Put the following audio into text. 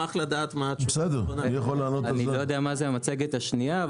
אני לא יודע מה המצגת השנייה.